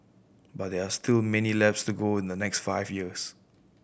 but there are still many laps to go in the next five years